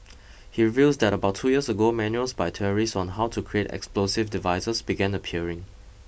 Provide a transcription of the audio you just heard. he reveals that about two years ago manuals by terrorists on how to create explosive devices began appearing